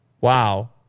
Wow